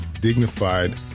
dignified